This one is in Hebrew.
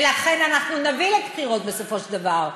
ולכן, אנחנו נביא לבחירות, בסופו של דבר,